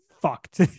fucked